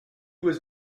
was